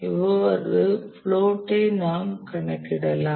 இவ்வாறு பிளோட்டை நாம் கணக்கிடலாம்